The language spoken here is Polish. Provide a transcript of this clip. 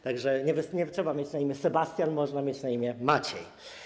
Tak że nie trzeba mieć na imię Sebastian, można mieć na imię Maciej.